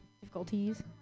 difficulties